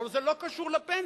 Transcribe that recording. הלוא זה לא קשור לפנסיה.